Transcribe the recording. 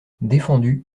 défendu